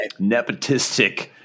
Nepotistic